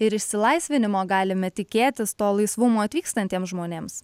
ir išsilaisvinimo galime tikėtis to laisvumo atvykstantiems žmonėms